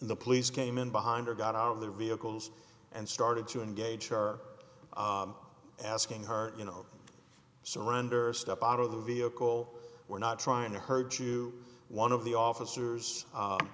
the police came in behind her got out of the vehicles and started to engage her asking her you know surrender step out of the vehicle we're not trying to hurt you one of the officers